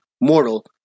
mortal